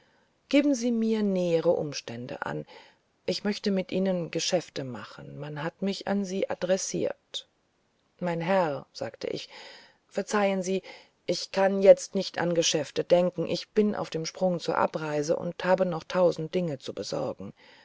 geben sie mir nähere umstände an ich möchte mit ihnen geschäfte machen man hat mich an sie adressiert mein herr sagte ich verzeihen sie ich kann jetzt nicht an geschäfte denken bin auf dem sprung zur abreise und habe noch tausend dinge zu besorgen